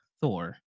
Thor